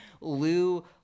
lou